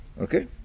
Okay